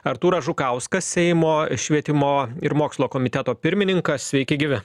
artūras žukauskas seimo švietimo ir mokslo komiteto pirmininkas sveiki gyvi